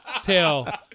tail